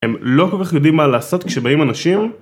הם לא כל כך יודעים מה לעשות כשבאים אנשים